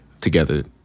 together